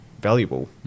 valuable